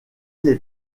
les